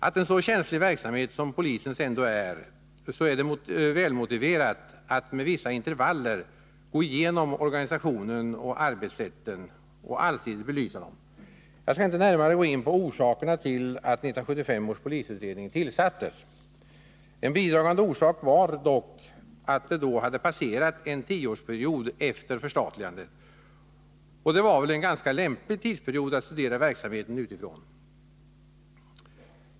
Med tanke på den känsliga karaktär som polisens verksamhet ändå har är det ett välmotiverat krav, att man med vissa intervaller går igenom organisationen och arbetssätten samt allsidigt belyser dem. Jag skall inte närmare gå in på orsakerna till att 1975 års polisutredning tillsattes. En bidragande orsak var dock att det då hade passerat en tioårsperiod efter förstatligandet, och det var väl ett ganska lämpligt tidsperspektiv för ett studium av verksamheten.